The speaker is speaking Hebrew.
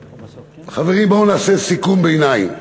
חברים, בואו נעשה סיכום ביניים.